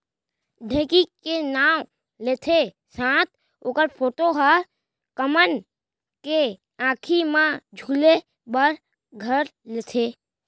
ढेंकी के नाव लेत्ते साथ ओकर फोटो ह हमन के आंखी म झूले बर घर लेथे